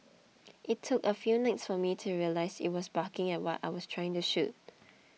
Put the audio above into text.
it took a few nights for me to realise it was barking at what I was trying to shoot